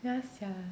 ya sia